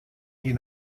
die